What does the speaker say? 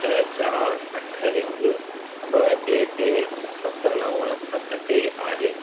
छह चार अठ हिकु ॿ टे टे सत नव सत टे आहे आहे